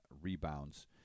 rebounds